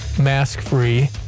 mask-free